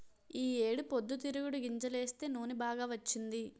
ఈ ఏడు పొద్దుతిరుగుడు గింజలేస్తే నూనె బాగా వచ్చింది